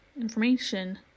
information